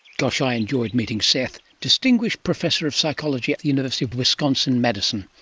gosh, i enjoyed meeting seth. distinguished professor of psychology at the university of wisconsin, madison.